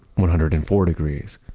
one hundred and four degrees,